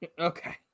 Okay